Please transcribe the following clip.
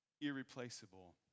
irreplaceable